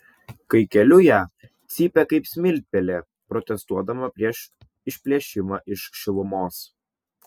kai keliu ją cypia kaip smiltpelė protestuodama prieš išplėšimą iš šilumos